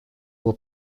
его